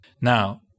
Now